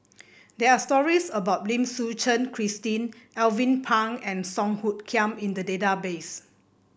there are stories about Lim Suchen Christine Alvin Pang and Song Hoot Kiam in the database